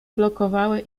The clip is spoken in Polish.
blokowały